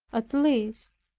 at least,